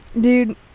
Dude